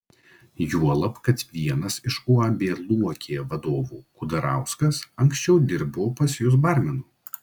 juolab kad vienas iš uab luokė vadovų kudarauskas anksčiau dirbo pas jus barmenu